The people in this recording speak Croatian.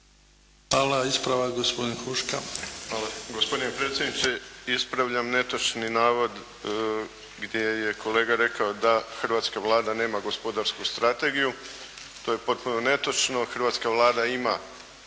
Huška. **Huška, Davor (HDZ)** Hvala. Gospodine predsjedniče, ispravljam netočni navod, gdje kolega rekao, da hrvatska Vlada nema gospodarsku strategiju. To je potpuno netočno. Hrvatska Vlada ima